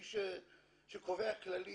מי שקובע כללים,